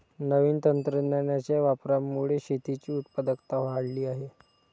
नवीन तंत्रज्ञानाच्या वापरामुळे शेतीची उत्पादकता वाढली आहे